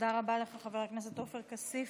תודה רבה לך, חבר הכנסת עופר כסיף.